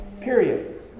Period